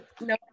No